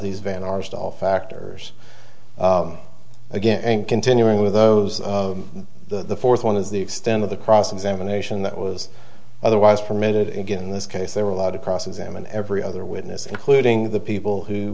these van arsdale factors again and continuing with those of the fourth one is the extent of the cross examination that was otherwise permitted it in this case they were allowed to cross examine every other witness including the people who